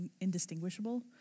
indistinguishable